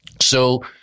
So-